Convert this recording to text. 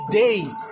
days